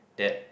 that